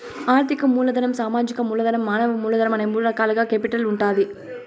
ఆర్థిక మూలధనం, సామాజిక మూలధనం, మానవ మూలధనం అనే మూడు రకాలుగా కేపిటల్ ఉంటాది